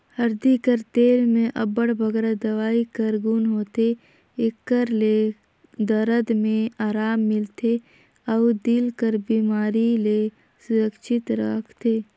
हरदी कर तेल में अब्बड़ बगरा दवई कर गुन होथे, एकर ले दरद में अराम मिलथे अउ दिल कर बेमारी ले सुरक्छित राखथे